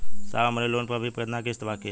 साहब हमरे लोन पर अभी कितना किस्त बाकी ह?